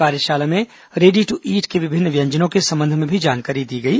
कार्यशाला में ready to eat के विभिन्न व्यंजनों के संबंध में भी जानकारी दी गई